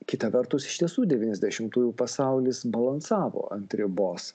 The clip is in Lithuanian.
kita vertus ištisų devyniasdešimtųjų pasaulis balansavo ant ribos